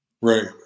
right